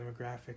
demographic